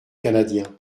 canadien